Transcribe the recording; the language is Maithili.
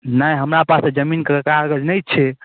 नहि हमरा पास तऽ जमीनके कागज नहि छै